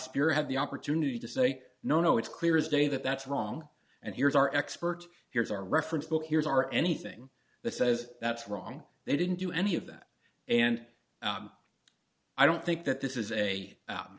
spirit had the opportunity to say no no it's clear as day that that's wrong and here's our expert here's our reference book here's our anything that says that's wrong they didn't do any of that and i don't think that this is a